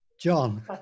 John